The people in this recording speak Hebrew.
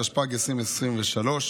התשפ"ג 2023,